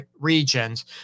regions